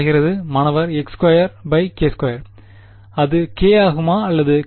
மாணவர் x2k2 அது k ஆகுமா அல்லது k2